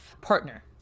partner